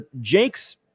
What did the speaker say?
Jake's